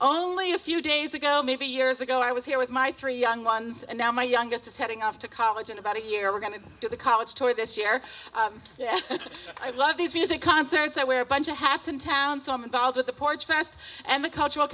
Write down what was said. only a few days ago maybe years ago i was here with my three young ones and now my youngest is heading off to college in about a year we're going to do the college tour this year i love these music concerts i wear a bunch of hats in town so i'm involved with the porch fast and the cultural